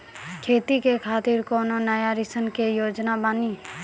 खेती के खातिर कोनो नया ऋण के योजना बानी?